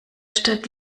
stadt